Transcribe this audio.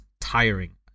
tiring